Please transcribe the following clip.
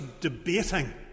debating